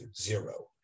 zero